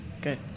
good